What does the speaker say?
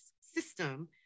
system